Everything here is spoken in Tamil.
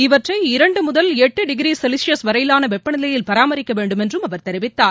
இவற்றை இரண்டு முதல் எட்டு டிகிரி செல்சியஸ் வரையிவான வெப்பநிலையில் பராமரிக்கவேண்டும் என்றும் அவர் தெரிவித்தார்